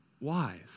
wise